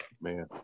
Man